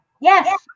Yes